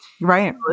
Right